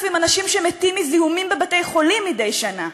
אנשים שמתים מזיהומים בבתי-חולים מדי שנה.